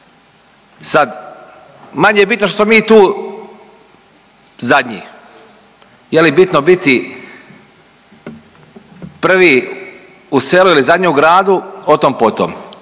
Sad, manje je bitno što smo mi tu zadnji, je li bitno biti prvi u selu ili zadnji u gradu o tom potom.